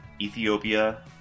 Ethiopia